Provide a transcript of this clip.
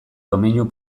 domeinu